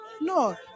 no